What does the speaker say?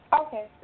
Okay